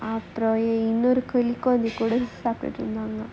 அப்புறம் இன்னொருக்க கூட சாப்பிடுங்கன்னு நாங்க:appuram innorukka kooda saappidungaannu naanga